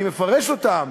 אני מפרש אותם,